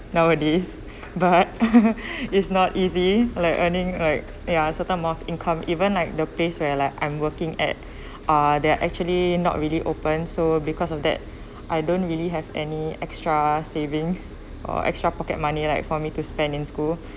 nowadays but is not easy like earning like ya certain amount of income even like the place where like I'm working at uh they are actually not really open so because of that I don't really have any extra savings or extra pocket money like for me to spend in school